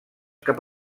cap